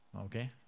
Okay